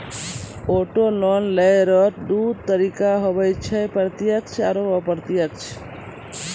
auto loan लेय रो दू तरीका हुवै छै प्रत्यक्ष आरू अप्रत्यक्ष